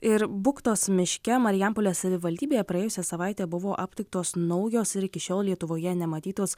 ir buktos miške marijampolės savivaldybėje praėjusią savaitę buvo aptiktos naujos ir iki šiol lietuvoje nematytos